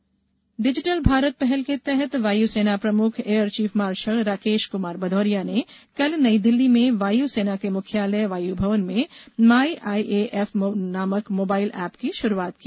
वायुसेना डिजिटल भारत पहल के तहत वायु सेना प्रमुख एयरचीफ मार्षल राकेश कुमार सिंह भदौरिया ने कल नई दिल्ली में वायु सेना के मुख्यालय वायु भवन में माई आईएएफ नामक मोबाइल ऐप की शुरुआत की